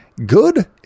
Good